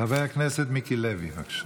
חבר הכנסת מיקי לוי, בבקשה.